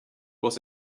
was